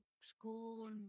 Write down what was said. school